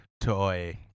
toy